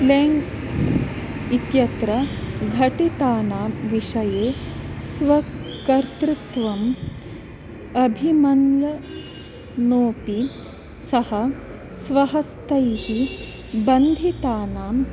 slang इत्यत्र घटितानां विषये स्वकर्तृत्वम् अभिमन्वनोऽपि सः स्वहस्तैः बन्धितानां